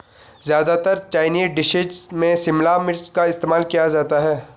ज्यादातर Chinese dishes में शिमला मिर्च का इस्तेमाल किया जाता है